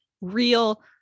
real